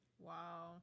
wow